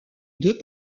deux